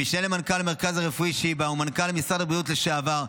המשנה למנכ"ל המרכז הרפואי שיבה ומנכ"ל משרד הבריאות לשעבר,